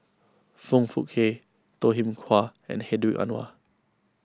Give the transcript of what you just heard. Foong Fook Kay Toh Kim Hwa and Hedwig Anuar